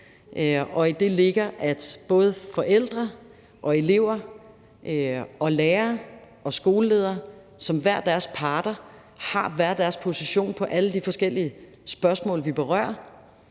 Og i det ligger, at både forældre og elever og lærere og skoleledere som parter har hver deres position i alle de forskellige spørgsmål, vi berører.